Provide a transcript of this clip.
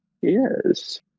Yes